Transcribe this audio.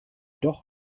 doch